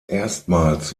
erstmals